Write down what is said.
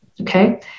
okay